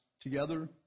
Together